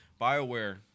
Bioware